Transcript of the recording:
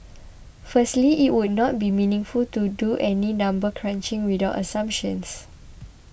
firstly it would not be meaningful to do any number crunching without assumptions